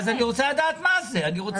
אני רוצה לדעת מה זה.